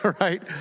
right